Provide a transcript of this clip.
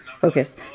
Focus